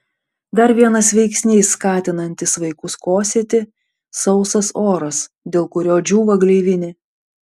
dar vienas veiksnys skatinantis vaikus kosėti sausas oras dėl kurio džiūva gleivinė